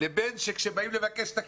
לבין שכשבאים לבקש את הכסף.